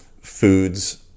foods